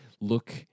look